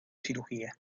cirugía